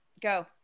go